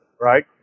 right